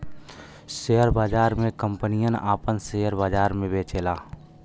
share बाजार मे कंपनियन आपन सेअर बाजार मे बेचेला